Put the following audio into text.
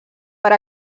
per